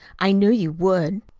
i knew you would,